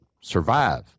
survive